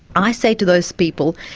i say to those people,